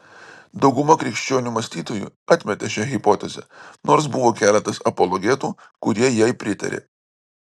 dauguma krikščionių mąstytojų atmetė šią hipotezę nors buvo keletas apologetų kurie jai pritarė